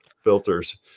filters